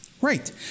Right